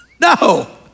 no